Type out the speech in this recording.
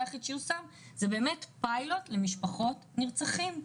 היחיד שיושם זה פיילוט למשפחות נרצחים.